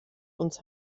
uns